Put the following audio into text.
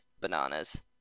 bananas